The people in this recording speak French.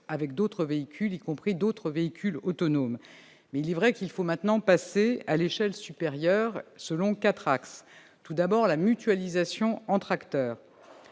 avec d'autres véhicules, y compris d'autres véhicules autonomes. Toutefois, il faut maintenant passer à l'échelle supérieure, selon quatre axes. Le premier axe, c'est la mutualisation entre acteurs.